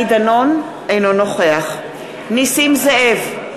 אינו נוכח נסים זאב,